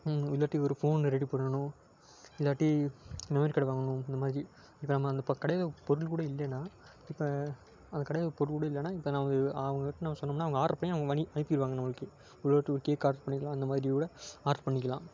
இல்லாட்டி ஒரு phone ready பண்ணணும் இல்லாட்டி மெமரி கார்டு வாங்கணும் இந்த மாதிரி இப்போ நம்ம அந்த இப்போ கடையில் பொருள் கூட இல்லைன்னா இப்போ அந்த கடையில் பொருள் கூட இல்லைன்னா இப்போ நமக்கு அவங்கக் கிட்டே நம்ம சொன்னோம்னால் அவங்க ஆர்டர் பண்ணி நமக்கு மணி அனுப்பிடுவாங்க நம்மளுக்கு ஒரே ஒரு டூ கேக்கு ஆர்டர் பண்ணிக்கலாம் அந்த மாதிரி கூட ஆர்டர் பண்ணிக்கலாம்